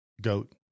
Goat